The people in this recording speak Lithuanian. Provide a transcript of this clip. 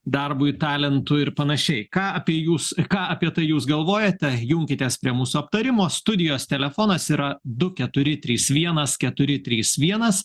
darbui talentu ir panašiai ką apie jūs ką apie tai jūs galvojate junkitės prie mūsų aptarimo studijos telefonas yra du keturi trys vienas keturi trys vienas